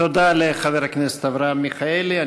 תודה לחבר הכנסת אברהם מיכאלי.